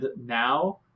now